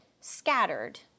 scattered